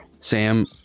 Sam